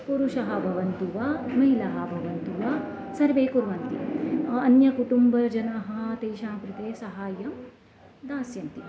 पुरुषः भवन्तु वा महिलाः भवन्तु वा सर्वे कुर्वन्ति अन्यकुटुम्बजनाः तेषां कृते सहायं दास्यन्ति